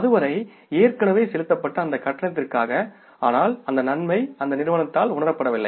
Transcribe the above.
அதுவரை ஏற்கனவே செலுத்தப்பட்ட அந்தக் கட்டணத்திற்காக ஆனால் அந்த நன்மை அந்த நிறுவனத்தால் உணரப்படவில்லை